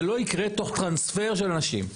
זה לא יקרה תוך טרנספר של אנשים.